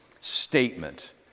statement